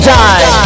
die